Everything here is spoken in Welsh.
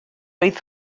oedd